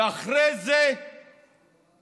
ואחרי זה הכנסת